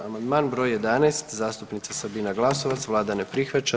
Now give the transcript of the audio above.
Amandman br. 11 zastupnica Sabina Glasovac, Vlada ne prihvaća.